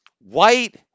white